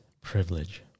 Privilege